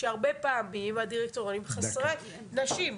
שהרבה פעמים הדירקטוריונים הם חסרי נשים.